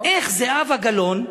איך זהבה גלאון,